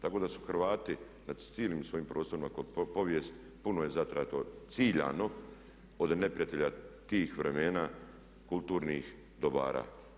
Tako da su Hrvati nad cijelim svojim prostorom kroz povijest puno je zatrto ciljano od neprijatelja tih vremena kulturnih dobara.